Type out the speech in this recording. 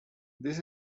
this